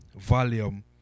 Volume